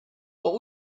what